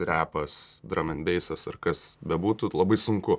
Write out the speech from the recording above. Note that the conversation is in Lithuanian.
repas dramenbeisas ar kas bebūtų labai sunku